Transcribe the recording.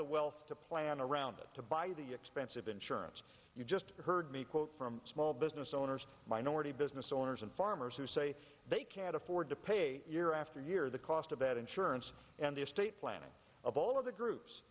the wealth to plan around it to buy the expensive insurance you just heard me quote from small business owners minority business owners and farmers who say they can't afford to pay year after year the cost of that insurance and the estate planning of all of the